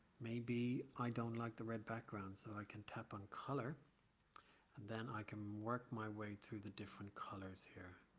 maybe i don't like the red background so i can tap on color and then i can work my way through the different colors here.